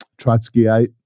Trotskyite